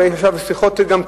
הרי יש עכשיו גם שיחות קרבה.